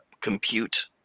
compute